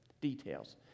details